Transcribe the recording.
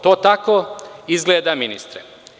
To tako izgleda, ministre.